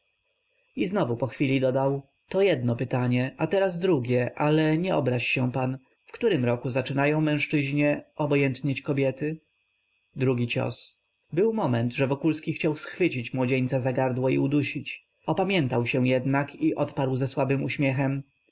i znowu po chwili dodał to jedno pytanie a teraz drugie ale nie obraź się pan w którym roku życia zaczynają mężczyznie obojętnieć kobiety drugi cios był moment że wokulski chciał schwycić młodzieńca za gardło i udusić upamiętał się jednak i odparł ze słabym uśmiechem